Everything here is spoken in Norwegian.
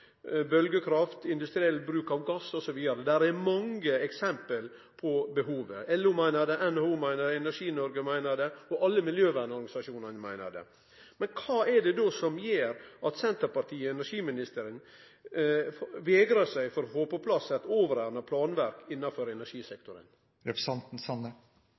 bølgekraft, industriell bruk av gass osv. Det er mange eksempel på behovet. LO meiner det, NHO meiner det, Energi Norge meiner det og alle miljøvernorganisasjonane meiner det. Kva er det då som gjer at Senterpartiet og energiministeren vegrar seg for å få på plass eit overordna planverk innanfor